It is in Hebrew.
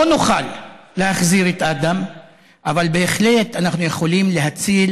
לא נוכל להחזיר את אדם אבל בהחלט אנחנו יכולים להציל